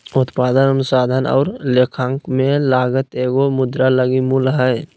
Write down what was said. उत्पादन अनुसंधान और लेखांकन में लागत एगो मुद्रा लगी मूल्य हइ